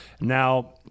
now